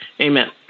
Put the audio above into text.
amen